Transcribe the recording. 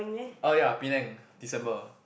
oh ya Penang December